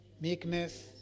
meekness